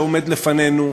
שעומד לפנינו,